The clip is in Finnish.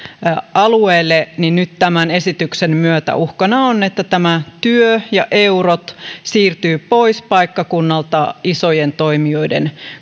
alueelle nyt tämän esityksen myötä uhkana on että tämä työ ja eurot siirtyvät pois paikkakunnalta isojen toimijoiden